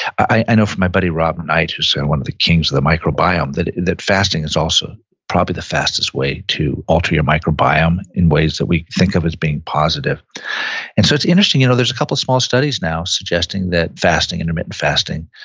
i know from my buddy, robert knight, who's one of the kings of the microbiome, that that fasting is also probably the fastest way to alter your microbiome in ways that we think of as being positive and so it's interesting, you know there's a couple small studies now suggesting that fasting, intermittent fasting,